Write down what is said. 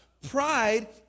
Pride